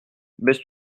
baisse